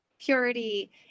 purity